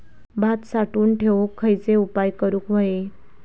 भात साठवून ठेवूक खयचे उपाय करूक व्हये?